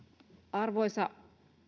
arvoisa